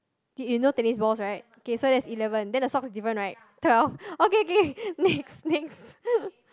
you no tennis balls right okay so that's eleven then the socks different right twelve oh okay okay next next